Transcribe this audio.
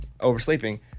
oversleeping